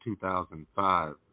2005